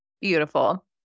Beautiful